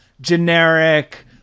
generic